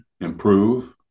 improve